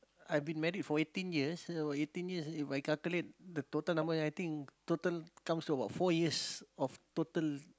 I been married for eighteen years so eighteen years if I calculate the total number I think total comes to about four years of total